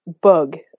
bug